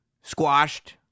squashed